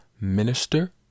minister